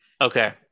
Okay